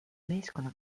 meeskonna